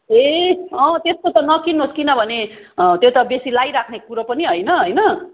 ए अँ त्यस्तो त नकिन्नुहोस् किनभने त्यो त बेसी लगाइराख्ने कुरो पनि होइन होइन